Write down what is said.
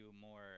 more